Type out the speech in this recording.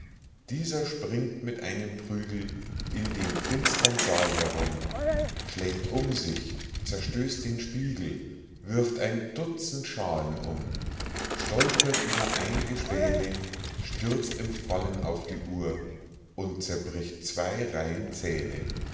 dieser springt mit einem prügel in dem finstern saal herum schlägt um sich zerstößt den spiegel wirft ein dutzend schalen um stolpert über ein'ge späne stürzt im fallen auf die uhr und zerbricht zwei reihen zähne